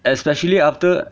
especially after